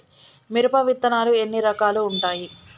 మిరప విత్తనాలు ఎన్ని రకాలు ఉంటాయి?